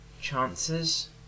chances